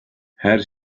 her